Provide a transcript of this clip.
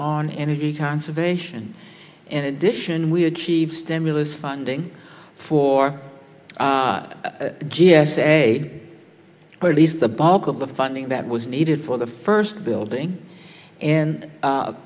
on energy conservation in addition we achieved stimulus funding for g s a or at least the bulk of the funding that was needed for the first building